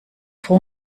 froh